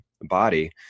body